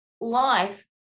Life